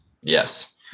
Yes